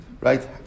Right